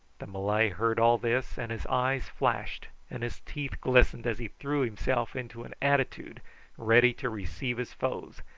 the malay heard all this, and his eyes flashed and his teeth glistened as he threw himself into an attitude ready to receive his foes,